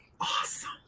Awesome